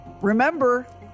remember